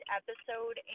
episode